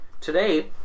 today